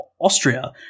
Austria